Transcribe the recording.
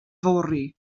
fory